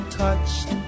touched